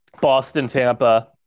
Boston-Tampa